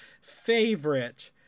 favorite